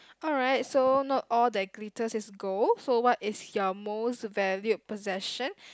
alright so not all that glitters is gold so what is your most valued possession